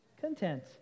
content